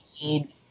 need